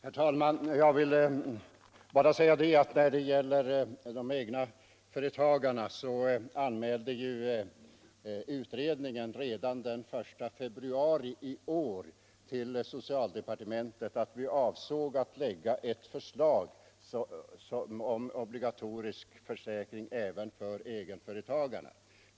Herr talman! Jag ville bara säga när det gäller de egna företagarna att utredningen redan den 1 februari i år anmälde till socialdepartementet att vi avsåg att lägga ett förslag om obligatorisk försäkring även för egenföretagarna.